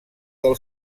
del